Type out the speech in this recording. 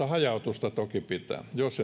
hajautusta toki pitää olla jos